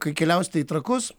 kai keliausite į trakus